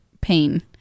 pain